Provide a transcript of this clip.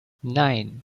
nein